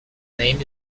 name